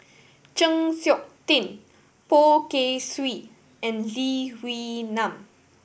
Chng Seok Tin Poh Kay Swee and Lee Wee Nam